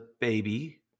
baby